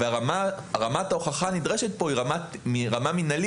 רמת ההוכחה הנדרשת פה היא רמה מנהלית